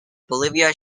bolivia